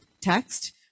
text